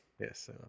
Yes